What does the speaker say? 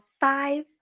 five